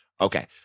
Okay